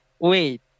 Wait